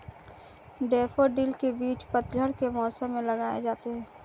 daffodil के बीज पतझड़ के मौसम में लगाए जाते हैं